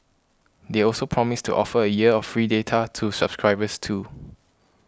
they also promised to offer a year of free data to subscribers too